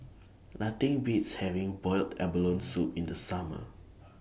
Nothing Beats having boiled abalone Soup in The Summer